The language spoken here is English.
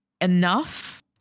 enough